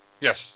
Yes